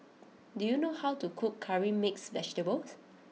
do you know how to cook Curry Mixed Vegetable